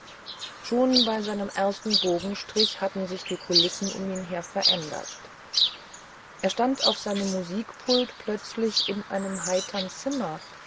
schon bei seinem ersten bogenstrich hatten sich die kulissen um ihn her verändert er stand mit seinem musikpult plötzlich in einem heitern zimmer